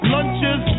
Lunches